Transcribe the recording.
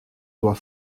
doit